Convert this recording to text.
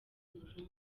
burundi